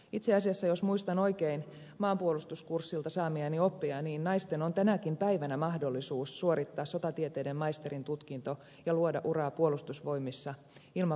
itse asiassa jos muistan oikein maanpuolustuskurssilta saamiani oppeja niin naisten on tänäkin päivänä mahdollisuus suorittaa sotatieteiden maisterin tutkinto ja luoda uraa puolustusvoimissa ilman varusmiespalvelusta